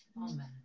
amen